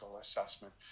assessment